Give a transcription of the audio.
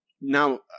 Now